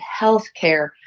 healthcare